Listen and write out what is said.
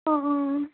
অঁ অঁ